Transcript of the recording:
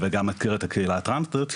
וגם הזכיר את הקהילה הטרנסית,